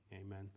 Amen